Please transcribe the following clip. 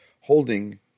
holding